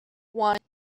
one